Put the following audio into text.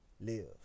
Live